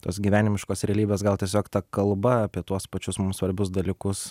tos gyvenimiškos realybės gal tiesiog ta kalba apie tuos pačius mum svarbius dalykus